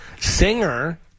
Singer